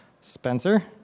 Spencer